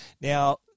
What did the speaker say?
Now